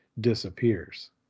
disappears